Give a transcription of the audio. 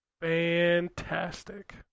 Fantastic